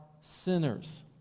sinners